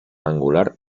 angular